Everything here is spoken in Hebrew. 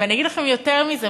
ואני אגיד לכם יותר מזה.